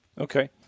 Okay